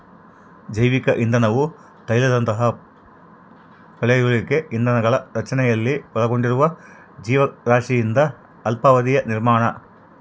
ಜೈವಿಕ ಇಂಧನವು ತೈಲದಂತಹ ಪಳೆಯುಳಿಕೆ ಇಂಧನಗಳ ರಚನೆಯಲ್ಲಿ ಒಳಗೊಂಡಿರುವ ಜೀವರಾಶಿಯಿಂದ ಅಲ್ಪಾವಧಿಯ ನಿರ್ಮಾಣ